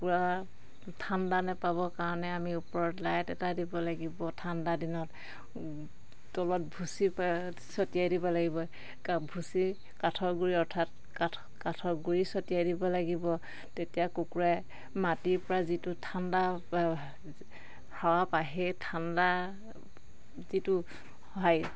কুকুৰা ঠাণ্ডা নেপাবৰ কাৰণে আমি ওপৰত লাইট এটা দিব লাগিব ঠাণ্ডা দিনত তলত ভুচি ছটিয়াই দিব লাগিব ভুচি কাঠৰ গুড়ি অৰ্থাৎ কাঠ কাঠৰ গুড়ি ছটিয়াই দিব লাগিব তেতিয়া কুকুৰা মাটিৰ পৰা যিটো ঠাণ্ডা হাৱা পায় সেই ঠাণ্ডা যিটো